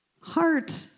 heart